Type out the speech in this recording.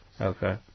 Okay